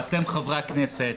ואתם חברי הכנסת,